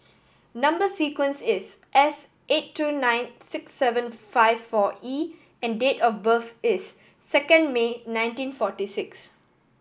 number sequence is S eight two nine six seven five four E and date of birth is second May nineteen forty six